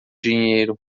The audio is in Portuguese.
dinheiro